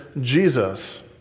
Jesus